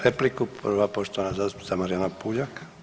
Repliku, prva poštovana zastupnica Marijana Puljak.